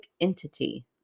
entity